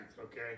okay